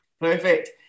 perfect